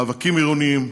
מאבקים עירוניים,